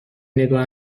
نگاه